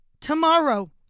tomorrow